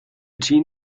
team